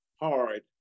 hard